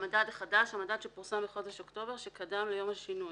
"המדד החדש" המדד שפורסם בחודש אוקטובר שקדם ליום השינוי,